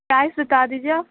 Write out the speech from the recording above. price بتا دیجیے آپ